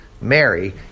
Mary